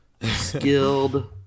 skilled